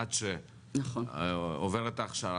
עד שעוברת ההכשרה,